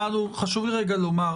חשוב לי לומר,